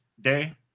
day